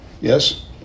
yes